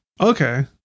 Okay